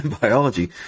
biology